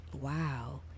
wow